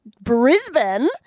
Brisbane